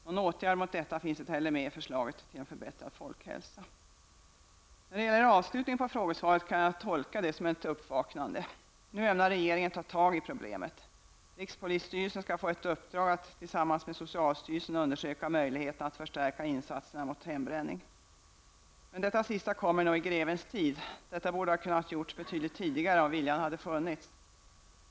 Någon åtgärd mot detta finns inte heller med i förslaget till en förbättrad folkhälsa. Jag tolkar avslutningen på interpellationssvaret som ett uppvaknande. Regeringen ämnar nu ta tag i problemet. Rikspolisstyrelsen skall få ett uppdrag att tillsammans med socialstyrelsen undersöka möjligheten att förstärka insatserna mot hembränning. Det är nog i grevens tid, men detta borde ha kunnat göras betydligt tidigare om viljan hade funnits.